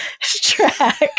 track